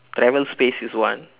travel space is one